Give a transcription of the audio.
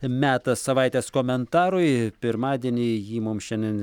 metas savaitės komentarui pirmadienį jį mums šiandien